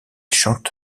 chante